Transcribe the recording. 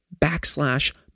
backslash